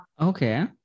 Okay